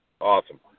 Awesome